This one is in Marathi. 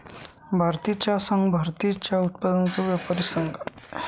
भारतीय चहा संघ, भारतीय चहा उत्पादकांचा एक व्यापारी संघ आहे